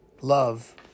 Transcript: Love